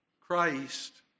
Christ